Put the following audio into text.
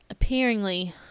appearingly